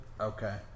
Okay